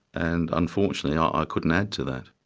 and unfortunately i couldn't add to that.